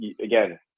again